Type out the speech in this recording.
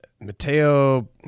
Mateo